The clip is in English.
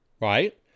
right